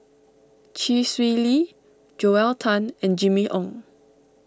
Chee Swee Lee Joel Tan and Jimmy Ong